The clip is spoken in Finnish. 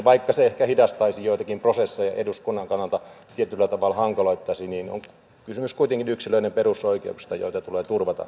vaikka se ehkä hidastaisi joitakin prosesseja ja eduskunnan kannalta tietyllä tavalla hankaloittaisi niin on kysymys kuitenkin yksilöiden perusoikeuksista joita tulee turvata